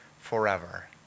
forever